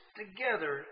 together